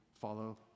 follow